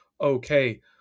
okay